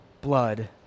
blood